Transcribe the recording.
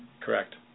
Correct